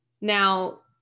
Now